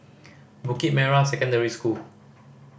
Bukit Merah Secondary School